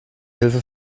hilfe